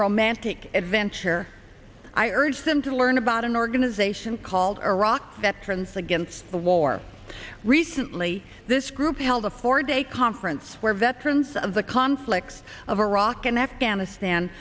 romantic adventure i urge them to learn about an organization called iraq veterans against the war recently this group held a four day conference where veterans of the conflicts of iraq and afghanistan